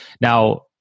Now